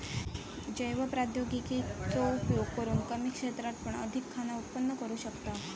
जैव प्रौद्योगिकी चो उपयोग करून कमी क्षेत्रात पण अधिक खाना उत्पन्न करू शकताव